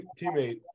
teammate